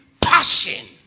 passion